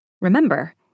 Remember